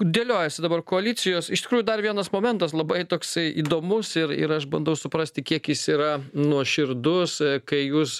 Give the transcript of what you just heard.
dėliojasi dabar koalicijos iš tikrųjų dar vienas momentas labai toksai įdomus ir ir aš bandau suprasti kiek jis yra nuoširdus kai jūs